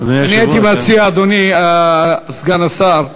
אני הייתי מציע, אדוני סגן השר,